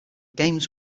games